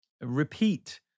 repeat